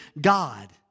God